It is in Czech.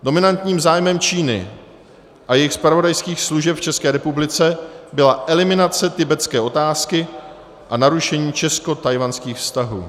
Dominantním zájmem Číny a jejich zpravodajských služeb v České republice byla eliminace tibetské otázky a narušení českotchajwanských vztahů.